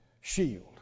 shield